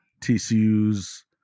TCU's